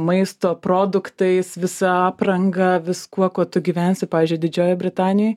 maisto produktais visa apranga viskuo kuo tu gyvensi pavyzdžiui didžiojoj britanijoj